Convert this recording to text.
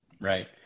Right